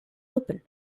open